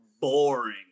boring